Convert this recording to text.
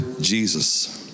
Jesus